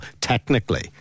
technically